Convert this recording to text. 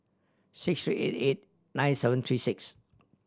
six three eight eight nine seven three six